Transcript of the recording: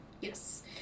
Yes